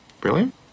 Brilliant